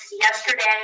yesterday